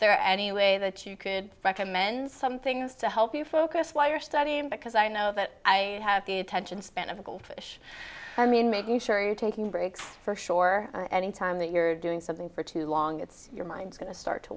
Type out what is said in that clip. there any way that you could recommend some things to help you focus while you're studying because i know that i have the attention span of a goldfish i mean making sure you're taking breaks for sure any time that you're doing something for too long it's your mind's going to start to